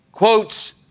quotes